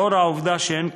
לאור העובדה שהן קבועות,